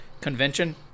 convention